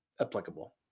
applicable